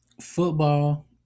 Football